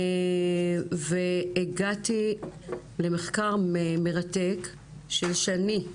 הגעתי למחקר מרתק של שני נרדימון.